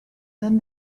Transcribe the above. then